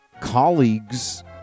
colleagues